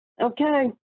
Okay